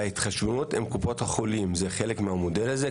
ההתחשבנות עם קופות החולים, זה חלק מהמודל הזה?